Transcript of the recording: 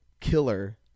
killer